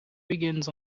begins